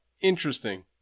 interesting